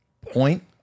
point